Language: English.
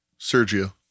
Sergio